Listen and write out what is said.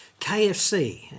KFC